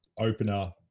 opener